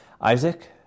Isaac